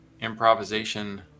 improvisation